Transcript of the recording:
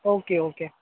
okay okay